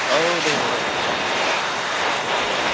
औ दे दे दे देह थेंक इउ देह